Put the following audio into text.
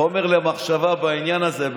חומר למחשבה בעניין הזה.